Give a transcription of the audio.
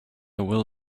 will